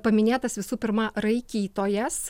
paminėtas visų pirma raikytojas